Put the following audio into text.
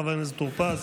חבר הכנסת טור פז.